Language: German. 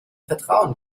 vertrauen